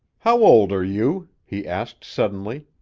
how old are you? he asked suddenly.